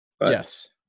Yes